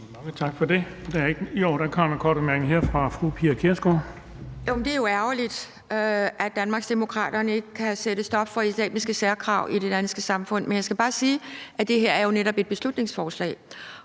Det er jo ærgerligt, at Danmarksdemokraterne ikke kan sætte stop for islamiske særkrav i det danske samfund. Jeg skal bare sige, at det her jo netop er et beslutningsforslag.